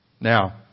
Now